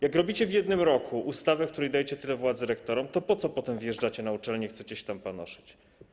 Jak robicie w jednym roku ustawę, w której dajecie tyle władzy rektorom, to po co potem wjeżdżacie na uczelnie i chcecie się tam panoszyć?